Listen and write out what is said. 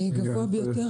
גבוהים,